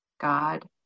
God